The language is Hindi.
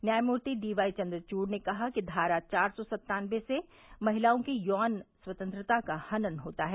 न्यायमूर्ति डी वाई चन्द्रवूड़ ने कहा कि धारा चौ सौ सन्तानबे से महिलाओं की यौन स्वतंत्रता का हनन होता है